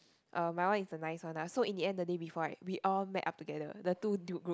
uh my one is the nice one ah so in the end the day before right we all met up together the two new group